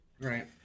Right